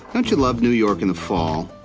don't you love new york in the fall?